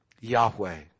Yahweh